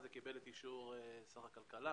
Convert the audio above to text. קיבל את אישור שר הכלכלה